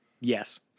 Yes